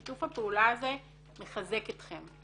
שיתוף הפעולה הזה מחזק אתכם,